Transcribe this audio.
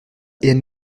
hélène